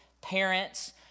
parents